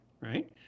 right